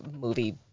movie